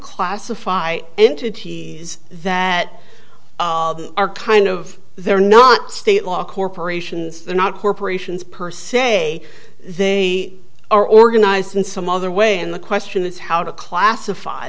classify entities that are kind of they're not state law corporations they're not corporations per se they are organized in some other way and the question is how to classify